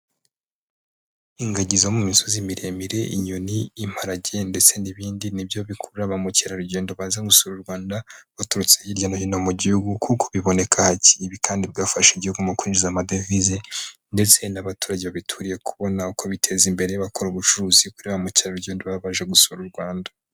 Ingagi zo mu misozi miremire, inyoni, imparage ndetse n'ibindi nibyo bikurura ba mukerarugendo baza gusura u Rwanda baturutse hirya no hino mu gihugu kuko biboneka. Ibi kandi bigafasha igihugu mu kwinjiza amadevize ndetse n'abaturage babituriye bakabona uko biteza imbere bakora ubucuruzi kuri ba mukerarugendo baba baje gusura u Rwanda.